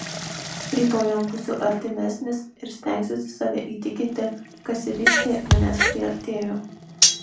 rytoj jam būsiu artimesnis ir stengsiuosi save įtikinti kas ir jis prie manęs priartėjo